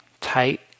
tight